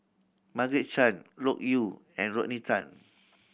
Margaret Chan Loke Yew and Rodney Tan